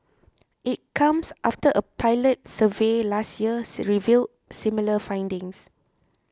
it comes after a pilot survey last year revealed similar findings